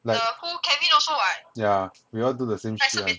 like yeah we all do the same shit [one]